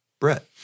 Brett